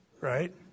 Right